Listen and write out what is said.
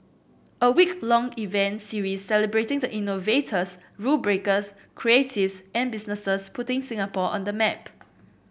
a week long event series celebrating the innovators rule breakers creatives and businesses putting Singapore on the map